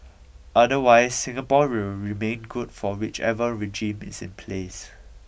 otherwise Singapore will remain good for whichever regime is in place